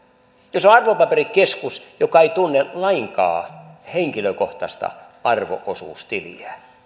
jos on arvopaperikeskus joka ei tunne lainkaan henkilökohtaista arvo osuustiliä